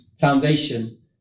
foundation